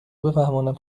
بفهمانم